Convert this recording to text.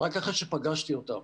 רק אחרי שפגשתי אותם.